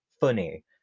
funny